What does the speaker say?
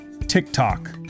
TikTok